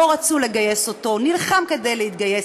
לא רצו לגייס אותו, הוא נלחם כדי להתגייס.